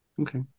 Okay